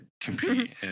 compete